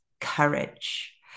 courage